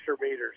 meters